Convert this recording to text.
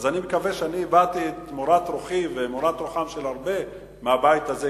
אני מקווה שהבעתי את מורת רוחי ומורת רוחם של הרבה מהבית הזה,